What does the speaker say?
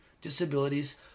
disabilities